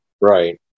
Right